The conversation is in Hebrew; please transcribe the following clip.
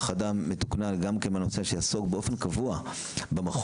אדם מתוקנן גם כן בנושא שיעסוק באופן קבוע במכון.